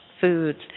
foods